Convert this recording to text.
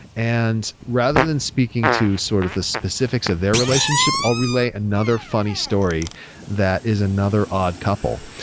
and rather than speaking to sort of the specifics of their relationship i'll relay another funny story that is another odd couple.